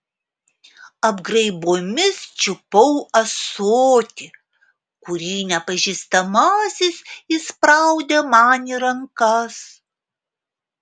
apgraibomis čiupau ąsotį kurį nepažįstamasis įspraudė man į rankas